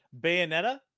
Bayonetta